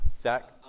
Zach